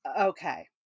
Okay